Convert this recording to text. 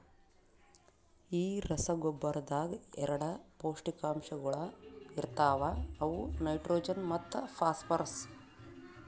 ಈ ರಸಗೊಬ್ಬರದಾಗ್ ಎರಡ ಪೌಷ್ಟಿಕಾಂಶಗೊಳ ಇರ್ತಾವ ಅವು ನೈಟ್ರೋಜನ್ ಮತ್ತ ಫಾಸ್ಫರ್ರಸ್